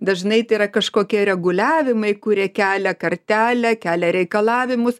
dažnai tai yra kažkokie reguliavimai kurie kelia kartelę kelia reikalavimus